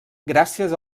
gràcies